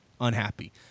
unhappy